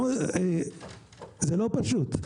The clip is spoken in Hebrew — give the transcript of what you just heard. זה לא פשוט.